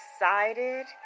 excited